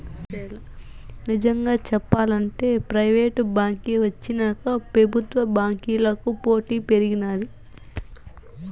నిజంగా సెప్పాలంటే ప్రైవేటు బాంకీ వచ్చినాక పెబుత్వ బాంకీలకి పోటీ పెరిగినాది